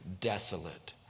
desolate